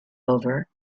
over